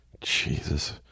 Jesus